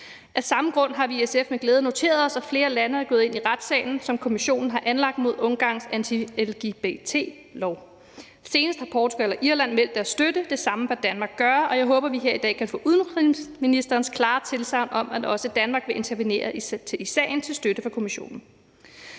Af samme grund har vi i SF med glæde noteret os, at flere lande er gået ind i retssagen, som Kommissionen har anlagt mod Ungarns anti-lgbt-lov. Senest har Portugal og Irland meldt deres støtte, det samme bør Danmark gøre, og jeg håber, vi her i dag kan få udenrigsministerens klare tilsagn om, at også Danmark vil intervenere i sagen til støtte for Kommissionen.